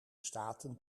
staten